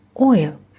oil